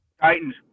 Titans